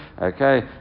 okay